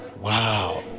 Wow